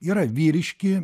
yra vyriški